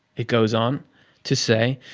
it goes on to say,